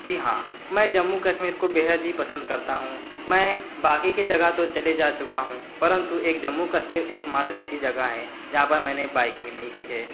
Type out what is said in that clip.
जी हाँ मैं जम्मू कश्मीर को बेहद ही पसंद करता हूँ मैं बाकी की जगह तो चले जा चुका हूँ परंतु एक जम्मू कश्मीर एक मात्र ऐसी जगह है जहाँ पर मैंने बाइकिंग नहीं की है